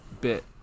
bit